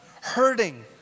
hurting